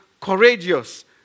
courageous